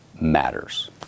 matters